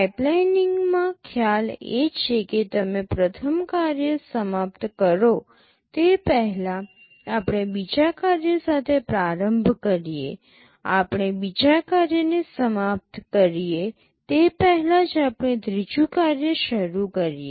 પાઇપલાઇનીંગમાં ખ્યાલ એ છે કે તમે પ્રથમ કાર્ય સમાપ્ત કરો તે પહેલાં આપણે બીજા કાર્ય સાથે પ્રારંભ કરીએ આપણે બીજા કાર્યને સમાપ્ત કરીએ તે પહેલાં જ આપણે ત્રીજું કાર્ય શરૂ કરીએ